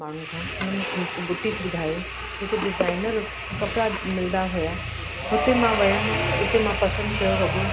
माण्हुनि खां हुन मूंखे हिकु बुटीक ॿुधायो जिते डिजाइनर कपिड़ा मिलंदा हुआ हुते मां वियमि हुते मां पसंदि कयो वॻो